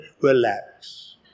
relax